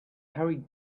hurried